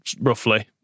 roughly